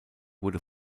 wurde